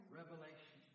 revelation